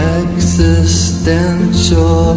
existential